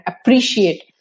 appreciate